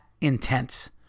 intense